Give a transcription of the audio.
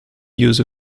use